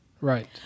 right